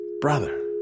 Brother